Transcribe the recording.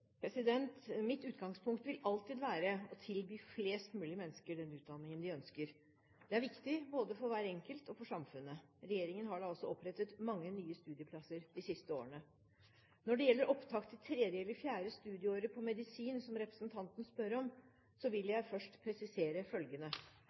Mitt utgangspunkt vil alltid være å tilby flest mulig mennesker den utdanningen de ønsker. Det er viktig både for hver enkelt og for samfunnet. Regjeringen har da også opprettet mange nye studieplasser de siste årene. Når det gjelder opptak til 3. eller 4. studieåret på medisin, som representanten spør om, vil